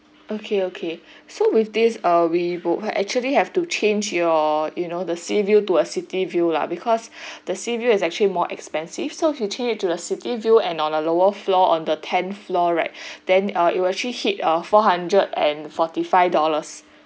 okay okay so with this err we would actually have to change your you know the sea view to a city view lah because the sea view is actually more expensive so if you change to the city view and on a lower floor on the tenth floor right then uh it will actually hit uh four hundred and forty five dollars